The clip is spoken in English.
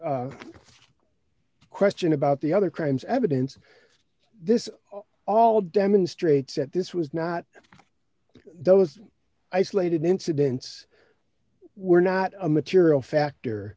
question about the other crimes evidence this all demonstrates that this was not those isolated incidents were not a material factor